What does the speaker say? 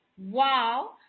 Wow